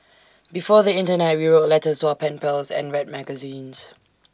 before the Internet we wrote letters to our pen pals and read magazines